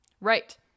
Right